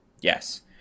Yes